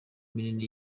minini